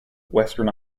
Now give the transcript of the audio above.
western